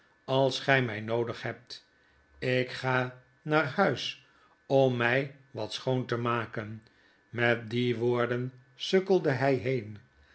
als gy my noodig hebt ik ga naar huis om my wat schoon te maken met die woorden sukkelde hy been